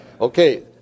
Okay